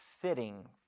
fitting